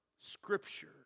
Scripture